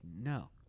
no